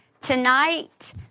tonight